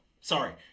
sorry